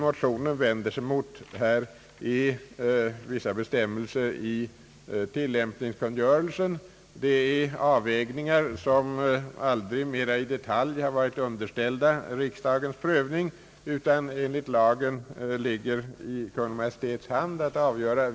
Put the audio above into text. Motionen vänder sig mot vissa bestämmelser i tillämpningskungörelsen. Det gäller avvägningar, som aldrig mera i detalj varit underställda riksdagens prövning utan som det enligt lagen ligger i Kungl. Maj:ts hand att avgöra.